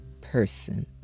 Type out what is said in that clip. person